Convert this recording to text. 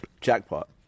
jackpot